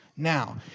Now